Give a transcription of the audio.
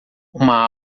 uma